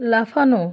লাফানো